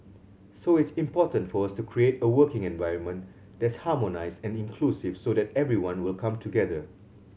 so it's important for us to create a working environment that's harmonised and inclusive so that everyone will come together